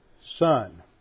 son